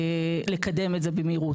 היערכות.